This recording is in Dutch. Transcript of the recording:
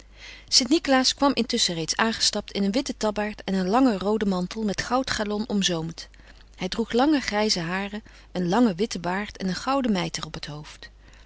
st nicolaas kwam intusschen reeds aangestapt in een witten tabbaard en een langen rooden mantel met goud galon omzoomd hij droeg lange grijze haren een langen witten baard en een gouden mijter op het hoofd